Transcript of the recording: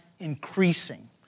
Increasing